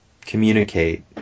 communicate